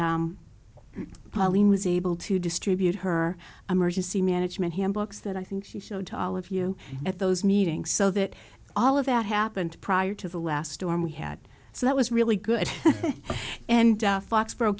pauline was able to distribute her emergency management handbooks that i think she showed to all of you at those meetings so that all of that happened prior to the last storm we had so that was really good and foxboro